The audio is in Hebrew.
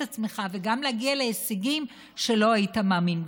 עצמך וגם להגיע להישגים שלא היית מאמין.